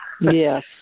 Yes